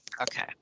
Okay